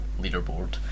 leaderboard